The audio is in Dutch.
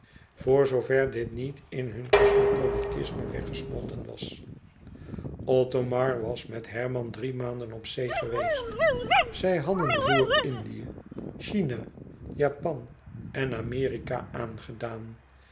voor zoover dit niet in hun cosmopolitisme weggesmolten was othomar was met herman drie maanden op zee geweest zij hadden voor-indië china japan en amerika aangedaan